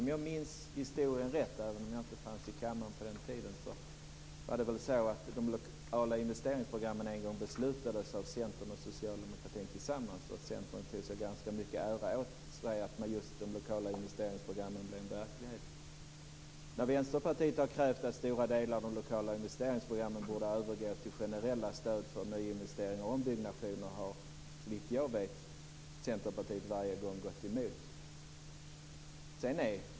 Om jag minns historien rätt, även om jag inte fanns i kammaren på den tiden, var det väl så att de lokala investeringsprogrammen en gång beslutades av Centern och Socialdemokraterna tillsammans. Centern tog åt sig mycket av äran just för att de lokala investeringsprogrammen blev verklighet. När Vänsterpartiet har krävt att stora delar av de lokala investeringsprogrammen borde ha övergått till generella stöd för nyinvesteringar och ombyggnationer har Centerpartiet, såvitt jag vet, varje gång gått emot.